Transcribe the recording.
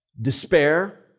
Despair